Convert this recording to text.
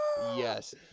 Yes